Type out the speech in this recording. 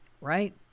right